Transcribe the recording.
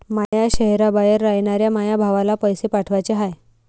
माया शैहराबाहेर रायनाऱ्या माया भावाला पैसे पाठवाचे हाय